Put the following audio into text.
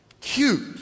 cute